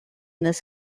this